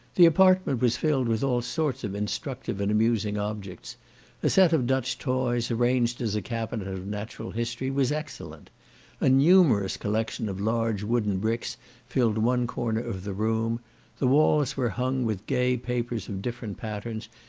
the apartment was filled with all sorts of instructive and amusing objects a set of dutch toys, arranged as a cabinet of natural history, was excellent a numerous collection of large wooden bricks filled one corner of the room the walls were hung with gay papers of different patterns,